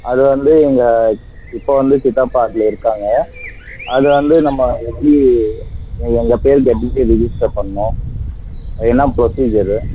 அது வந்து எங்கள் இப்போ வந்து சித்தப்பா அதில் இருக்காங்க அதை வந்து நம்ம எப்படி எங்கள் பேருக்கு எப்படி சார் ரெஜிஸ்டர் பண்ணணும் அது என்ன ப்ரொசீஜரு